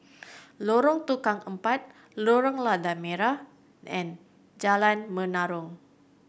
Lorong Tukang Empat Lorong Lada Merah and Jalan Menarong